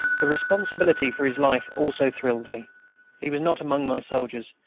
the responsibility for his life also thrilled me he was not among my soldiers,